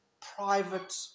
private